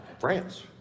France